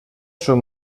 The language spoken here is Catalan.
són